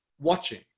watching